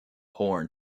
horn